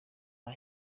nta